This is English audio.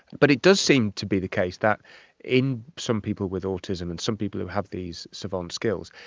but it does seem to be the case that in some people with autism and some people who have these savant skills,